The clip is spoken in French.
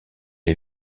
les